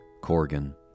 Corgan